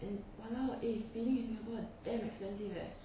and !walao! eh speeding in singapore damn expensive eh